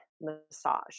massage